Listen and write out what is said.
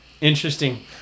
interesting